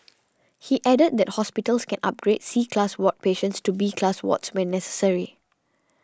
he added that hospitals can upgrade C class ward patients to B class wards when necessary